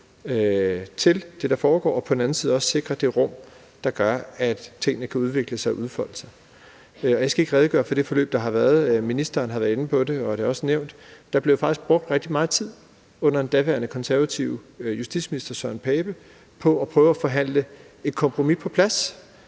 i det, der foregår, og på den anden side også sikre det rum, der gør, at tingene kan udvikle sig og udfolde sig. Jeg skal ikke redegøre for det forløb, der har været. Ministeren har været inde på det, og det har også været nævnt af andre, at der faktisk blev brugt rigtig meget tid under den daværende, konservative justitsminister Søren Pape på at prøve at forhandle et kompromis på plads.